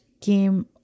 came